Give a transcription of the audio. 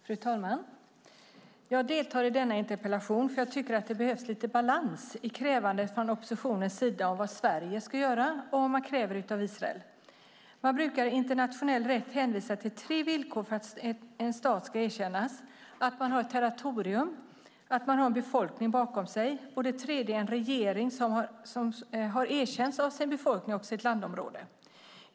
Fru talman! Jag deltar i denna interpellationsdebatt för att jag tycker att det behövs lite balans i kraven från oppositionens sida på vad Sverige ska göra och vad man kräver av Israel. Man brukar i internationell rätt hänvisa till tre villkor för att en stat ska erkännas: att man har ett territorium, att man har en befolkning bakom sig och en regering som har erkänts av sin befolkning och sitt landområde.